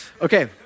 Okay